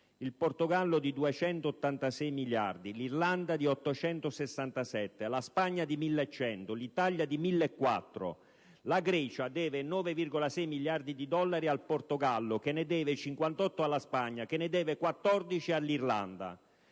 il Portogallo di 286 miliardi, l'Irlanda di 867, la Spagna di 1.100, l'Italia di 1.400; la Grecia deve 9,6 miliardi di dollari al Portogallo, che ne deve 58 alla Spagna, che ne deve 14 all'Irlanda.